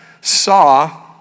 saw